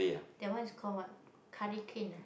that one is call what hurricane ah